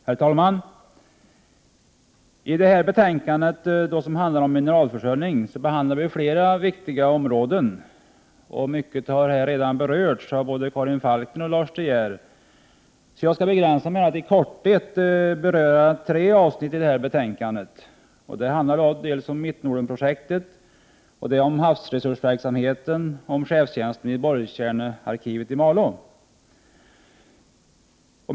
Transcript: Herr talman! I detta betänkande om mineralförsörjning behandlas flera viktiga områden. Mycket har redan berörts av både Karin Falkmer och Lars De Geer. Jag skall därför bara i korthet beröra tre avsnitt i betänkandet, Mittnordenprojektet, havsresursverksamheten och chefstjänsten vid borrkärnearkivet i Malå.